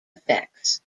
effects